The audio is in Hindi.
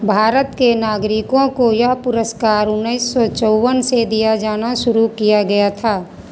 भारत के नागरिकों को यह पुरस्कार उन्नीस सौ चौवन से दिया जाना शुरू किया गया था